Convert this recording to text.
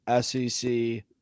SEC